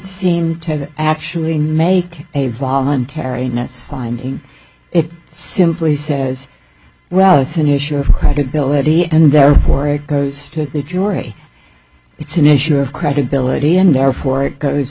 seem to actually make a voluntary unless finding it simply says well it's an issue of credibility and therefore it goes to the jury it's an issue of credibility and therefore it goes